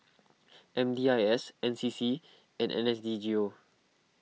M D I S N C C and N S D G O